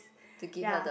ya